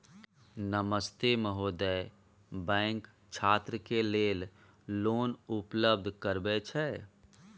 नमस्ते महोदय, बैंक छात्र के लेल लोन उपलब्ध करबे छै?